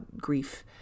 grief